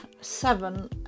seven